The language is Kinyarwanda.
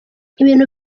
ibintu